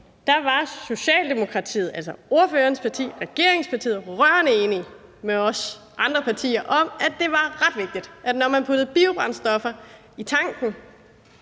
var Socialdemokratiet, altså ordførerens parti, som var regeringspartiet, rørende enig med os i de andre partier om, at det var ret vigtigt, at når man puttede biobrændstoffer,